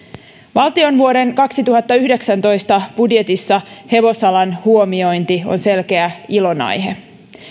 valtion vuoden kaksituhattayhdeksäntoista budjetissa hevosalan huomiointi on selkeä ilonaihe